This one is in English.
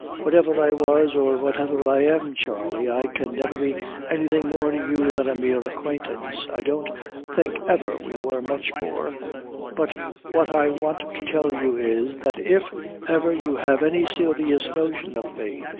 whatever i was, or whatever i am, charley, i can never be anything more to you than a mere acquaintance i don't think ever we were much more but what i want to tell you is, that if ever you have any serious notion of me,